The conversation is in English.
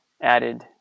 added